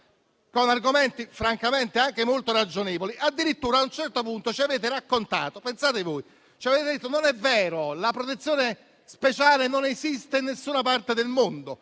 argomenti francamente anche molto ragionevoli, addirittura a un certo punto ci avete raccontato - pensate voi - che la protezione speciale non esiste in alcuna parte del mondo.